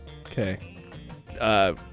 Okay